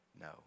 no